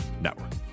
network